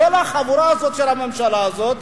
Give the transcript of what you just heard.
כל החבורה הזאת של הממשלה הזאת,